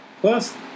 Plus